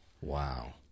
Wow